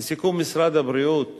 לסיכום, משרד הבריאות